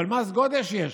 אבל מס גודש יש.